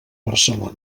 barcelona